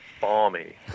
Balmy